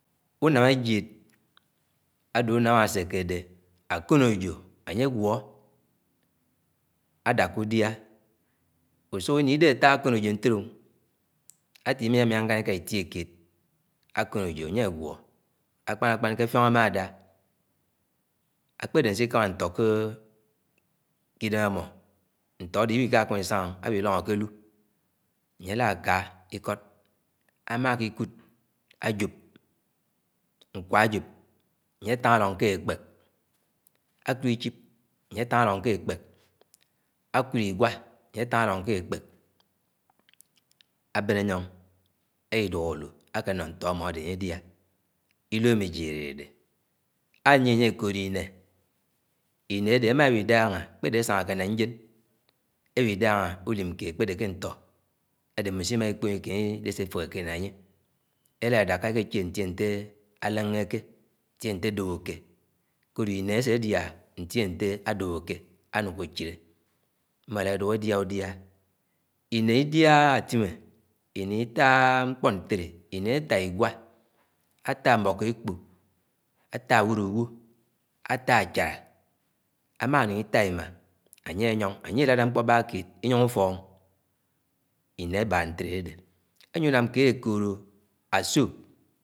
Uñam ejied ádé ùñam ásékédé ákónéjo anye gwo ádáká údia úsúkiñi idẽke áfaa ákónéjo ntété átimiamía nkãnikã ìtiokéed ákónejo añye ágúo Ákpánákpan ke áffiong amada, ákpedé anókama ntó ke idém ámo ntó ádé ìwikáma ìsáñga áwilongo ke allu Añye álákà ìkod ámákikùd ájop, ñawa éyop émye átáng áloñg ke ekpék, ákúd ichip anye átáng áloñg ke ékpèk ábén enyoñg álidúk allú akénó ntó ámọ énye ádia. Iló ámé ejied ádẽdẽ. Ányíe, añye ekodó inñe: inñe ádé ámawi idáñga kpédé ésánga kéd né njen éwi dánga utim keed kpédé ké ntọ édé mbón simáikpóon ìdé siiféhékéed né añye elá edéká ékéché ñdéh nte áleñgéke itie nté ádóbóké kóró inñe ásédia ndé nte ádóbóké ánókóchiké mm̃ọ eládùu édiadika. Inñe idiaha átime, inñe itáha mkpó ntelé átá igúa átá mbókóékpọ átá áwólówó, átá áchálá. Amá ñung itá imma ánye áñyong, añye elàdá mkpọ baakeed inyọñg ùfọk inñe ábá nteledi. Añyie ùnám kéed ékódo ásó